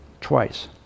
twice